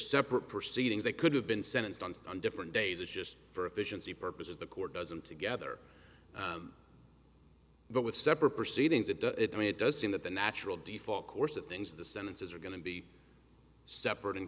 separate proceedings they could have been sentenced on on different days it's just for efficiency purposes the court doesn't together but with separate proceedings it does it mean it does seem that the natural default course of things the sentences are going to be separate and